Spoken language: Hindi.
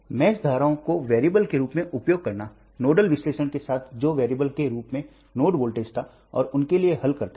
तो जाल धाराओं को चर के रूप में उपयोग करना नोडल विश्लेषण के साथ जो चर के रूप में नोड वोल्टेज था और उनके लिए हल करता था